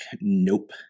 nope